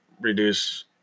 reduce